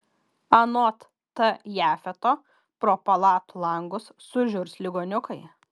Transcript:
anot t jafeto pro palatų langus sužiurs ligoniukai